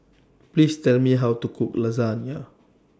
Please Tell Me How to Cook Lasagne